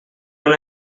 una